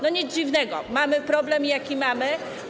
No nic dziwnego, mamy problem, jaki mamy.